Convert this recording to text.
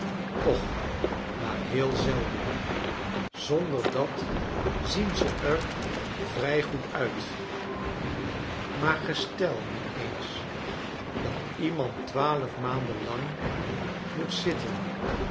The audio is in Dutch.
och maar heel zelden zonder dat zien ze r vrij goed uit maar gestel nu eens dat iemand twaalf maanden lang moet zitten